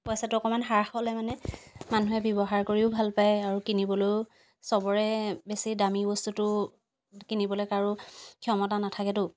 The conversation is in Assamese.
পইচাটো অলপ হ্ৰাস হ'লে মানে মানুহে ব্যৱহাৰ কৰিও ভাল পায় আৰু কিনিবলৈও চবৰে বেছি দামি বস্তুটো কিনিবলৈ কাৰো ক্ষমতা নাথাকেতো